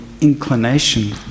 inclination